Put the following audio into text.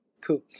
cool